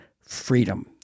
Freedom